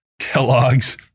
Kellogg's